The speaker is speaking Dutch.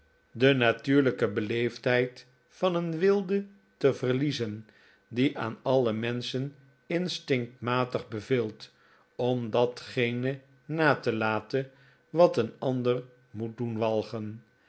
uit lijke beleefdheid van een wilde te verliezen die aan alle menschen instinctmatig beveelt om datgene na te laten wat een ander moet doen walgen